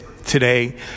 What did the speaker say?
today